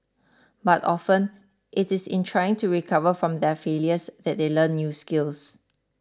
but often it is in trying to recover from their failures that they learn new skills